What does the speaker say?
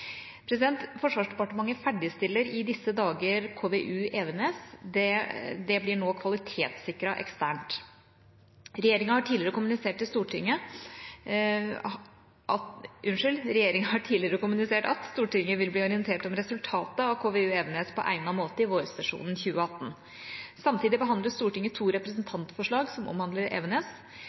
Forsvarsdepartementet ferdigstiller i disse dager KVU Evenes. Det blir nå kvalitetssikret eksternt. Regjeringa har tidligere kommunisert at Stortinget vil bli orientert om resultatet av KVU Evenes på egnet måte i vårsesjonen 2018. Samtidig behandler Stortinget to representantforslag som omhandler Evenes.